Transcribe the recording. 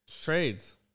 Trades